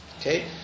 Okay